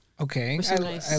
Okay